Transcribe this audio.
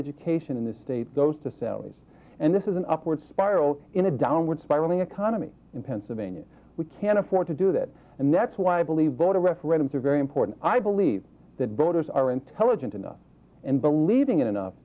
education in this state goes to salaries and this is an upward spiral in a downward spiraling economy in pennsylvania we can't afford to do that and that's why i believe voter referendum three very important i believe that voters are intelligent enough and believing enough